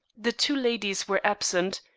the two ladies were absent,